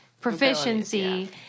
proficiency